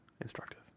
instructive